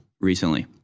recently